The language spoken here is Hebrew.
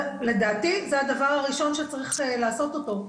זה לדעתי הדבר הראשון שצריך לעשות אותו.